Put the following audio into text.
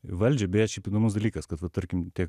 valdžią beje šiaip įdomus dalykas kad va tarkim tie